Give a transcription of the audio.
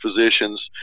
physicians